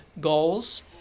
goals